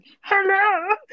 hello